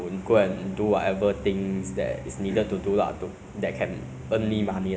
and then we just sit behind and you know just relax or do all those admin works hor